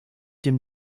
dem